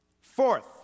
Fourth